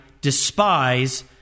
despise